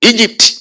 Egypt